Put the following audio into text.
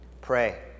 Pray